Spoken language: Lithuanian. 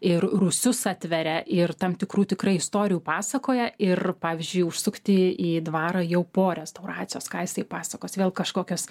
ir rūsius atveria ir tam tikrų tikrai istorijų pasakoja ir pavyzdžiui užsukti į dvarą jau po restauracijos ką jisai pasakos vėl kažkokios